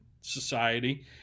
society